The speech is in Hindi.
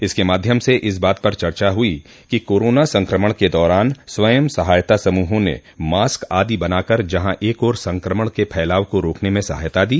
इसके माध्यम से इस बात पर चर्चा हुई कि कोरोना संक्रमण के दौरान स्वयं सहायता समूहों ने मास्क आदि बनाकर जहां एक ओर संक्रमण के फैलाव को रोकने में सहायता दी